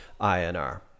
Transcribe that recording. INR